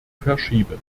verschieben